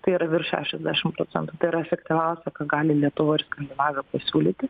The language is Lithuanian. tai yra virš šešiasdešimt procentų tai yra efektyviausia ką gali lietuva ir skandinavija pasiūlyti